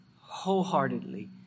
wholeheartedly